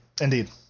Indeed